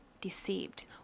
deceived